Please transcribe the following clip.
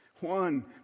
One